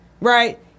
right